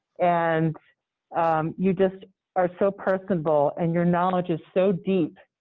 and you just are so personable and your knowledge is so deep.